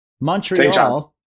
Montreal